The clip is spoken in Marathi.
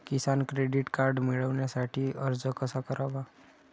किसान क्रेडिट कार्ड मिळवण्यासाठी अर्ज कसा करावा?